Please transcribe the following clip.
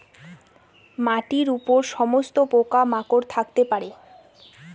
মাটির উপর সমস্ত পোকা মাকড় থাকতে পারে